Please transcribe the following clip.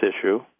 issue